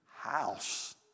house